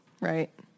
Right